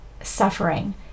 suffering